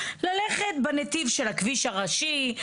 ללכת בנתיב של הכביש הראשי,